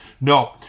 No